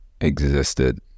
existed